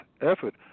effort